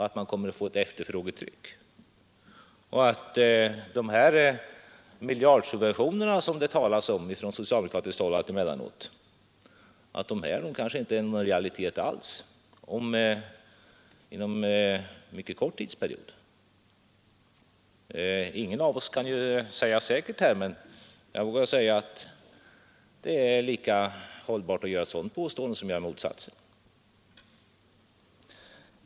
Ett sådant efterfrågetryck skulle kanske medföra att de miljardsubventioner som det talas om på socialdemokratiskt håll alltemellanåt kanske inom en mycket kort tidsperiod inte alls är en realitet. Ingen av oss kan säga något säkert om detta, men jag vågar göra gällande att det är lika hållbart att göra ett sådant påstående som att hävda motsatsen.